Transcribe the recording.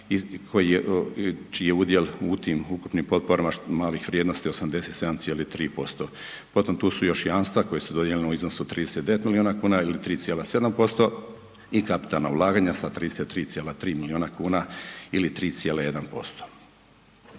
čiji je udjel u tim ukupnim potporama malih vrijednosti, 87,3%. Potom tu su još i jamstva koja su dodijeljena u iznosu od 39 milijuna kuna ili 3,7% i kapitalna ulaganja sa 33,3 milijuna ili 3,1%.